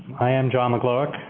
i am john legloahec,